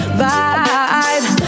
vibe